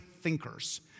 thinkers